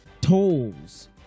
tolls